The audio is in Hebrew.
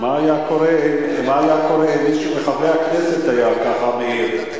מה היה קורה אם מישהו מחברי הכנסת היה ככה מעיר?